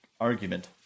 argument